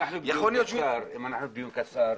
יכול להיות --- אם אנחנו בדיון קצר,